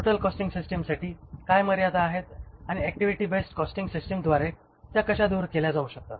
total costing सिस्टिमसाठी काय मर्यादा आहेत आणि ऍक्टिव्हिटी बेस्ड कॉस्टिंग सिस्टिमद्वारे त्या कशा दूर केल्या जाऊ शकतात